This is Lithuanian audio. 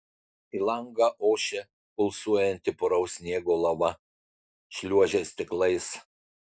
į langą ošė pulsuojanti puraus sniego lava šliuožė stiklais